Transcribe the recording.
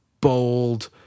bold